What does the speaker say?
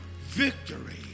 victory